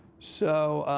so